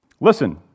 Listen